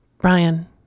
Brian